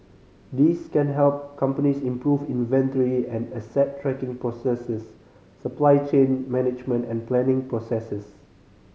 these can help companies improve inventory and asset tracking processes supply chain management and planning processes